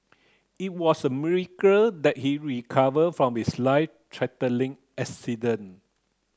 it was a miracle that he recover from his life threatening accident